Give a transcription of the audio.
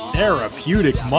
Therapeutic